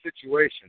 situation